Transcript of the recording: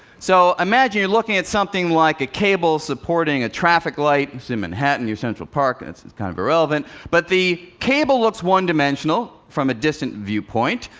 so, imagine you're looking at something like a cable supporting a traffic light. it's in manhattan. you're in central park it's it's kind of irrelevant but the cable looks one-dimensional from a distant viewpoint,